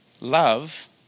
Love